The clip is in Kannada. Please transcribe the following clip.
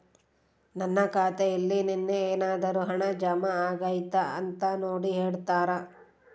ನನ್ನ ಖಾತೆಯಲ್ಲಿ ನಿನ್ನೆ ಏನಾದರೂ ಹಣ ಜಮಾ ಆಗೈತಾ ಅಂತ ನೋಡಿ ಹೇಳ್ತೇರಾ?